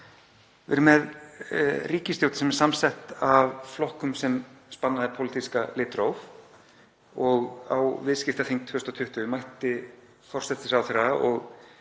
Við erum með ríkisstjórn sem er samsett af flokkum sem spanna hið pólitíska litróf og á viðskiptaþing 2020 mætti forsætisráðherra —